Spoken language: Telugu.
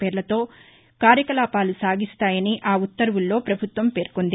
పేర్లతో కార్యకలాపాలు సాగిస్తాయని ఆ ఉత్తర్వులో ప్రపభుత్వం పేర్కొంది